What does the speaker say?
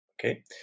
okay